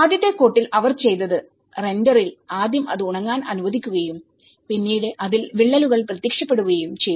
ആദ്യത്തെ കോട്ടിൽ അവർ ചെയ്തത് റെൻഡറിൽ ആദ്യം അത് ഉണങ്ങാൻ അനുവദിക്കുകയും പിന്നീട് അതിൽ വിള്ളലുകൾ പ്രത്യക്ഷപ്പെടുകയും ചെയ്തു